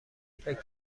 فکر